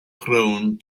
prone